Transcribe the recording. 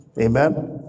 Amen